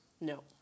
No